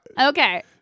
Okay